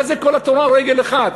מה זה "כל התורה על רגל אחת"?